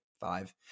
five